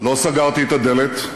לא סגרתי את הדלת.